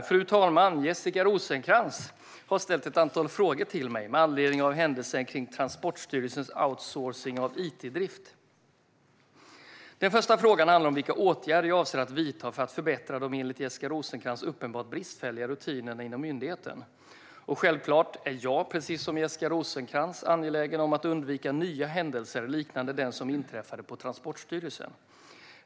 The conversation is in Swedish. Fru talman! Jessica Rosencrantz har ställt ett antal frågor till mig med anledning av händelsen kring Transportstyrelsens outsourcing av it-drift. Den första frågan handlar om vilka åtgärder jag avser att vidta för att förbättra de enligt Jessica Rosencrantz uppenbart bristfälliga rutinerna inom myndigheten. Självklart är jag, precis som Jessica Rosencrantz, angelägen om att undvika nya händelser liknande den som inträffade på Transportstyrelsen.